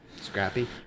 Scrappy